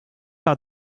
par